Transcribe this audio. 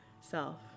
self